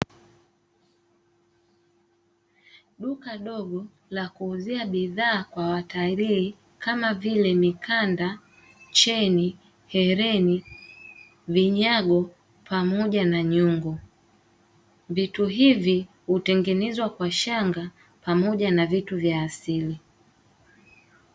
Duka dogo la kuuzia bidhaa kwa watalii kama vile mikanda ,cheni, hereni, vinyago pamoja na nyungo. Vitu hivi hutengenezwa kwa shanga pamoja na vitu vya asili.